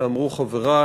שאמרו חברי,